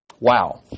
Wow